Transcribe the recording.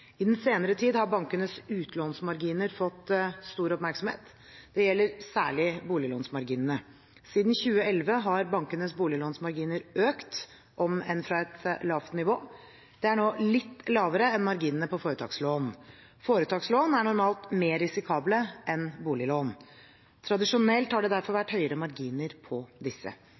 I den senere tid har bankenes utlånsmarginer fått stor oppmerksomhet. Dette gjelder særlig boliglånsmarginene. Siden 2011 har bankenes boliglånsmarginer økt, om enn fra et lavt nivå. Det er nå litt lavere enn marginene på foretakslån. Foretakslån er normalt mer risikable enn boliglån. Tradisjonelt har det derfor vært høyere marginer på disse.